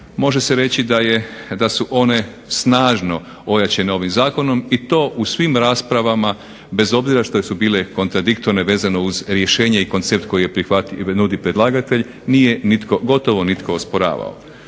može se reći da su one snažno ojačane ovim zakonom i to u svim raspravama bez obzira što su bile kontradiktorne vezano uz rješenja i koncept koji nudi predlagatelj nije nitko, gotovo nitko osporavao.